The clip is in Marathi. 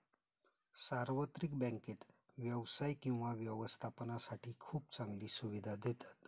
सार्वत्रिक बँकेत व्यवसाय किंवा व्यवस्थापनासाठी खूप चांगल्या सुविधा देतात